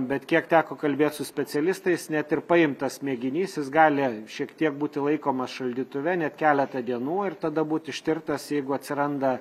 bet kiek teko kalbėt su specialistais net ir paimtas mėginys jis gali šiek tiek būti laikomas šaldytuve net keletą dienų ir tada būt ištirtas jeigu atsiranda